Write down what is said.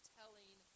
telling